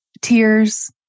tears